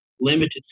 limited